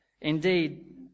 Indeed